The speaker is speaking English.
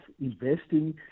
investing